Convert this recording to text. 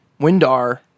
Windar